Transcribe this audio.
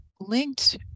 linked